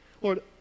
Lord